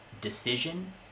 decision